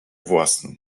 własną